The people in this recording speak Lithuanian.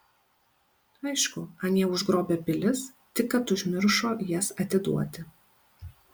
aišku anie užgrobę pilis tik kad užmiršo jas atiduoti